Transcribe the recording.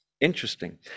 interesting